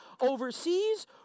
overseas